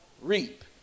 reap